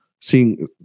seeing